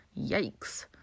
Yikes